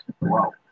Wow